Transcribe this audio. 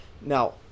Now